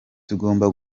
tugomba